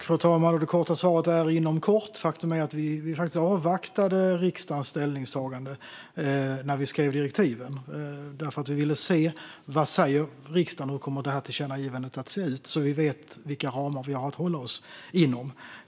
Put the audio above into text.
Fru talman! Det korta svaret är inom kort. Faktum är att vi avvaktade riksdagens ställningstagande när vi skrev direktiven, eftersom vi ville se vad riksdagen sa och hur tillkännagivandet skulle se ut så att vi visste vilka ramar vi har att hålla oss inom.